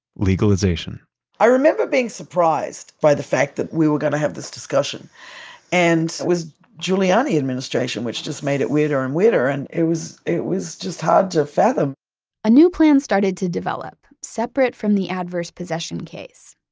legalization i remember being surprised by the fact that we were going to have this discussion and it was giuliani administration, administration, which just made it weirder and weirder, and it was it was just hard to fathom a new plan started to develop, separate from the adverse possession case.